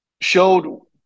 showed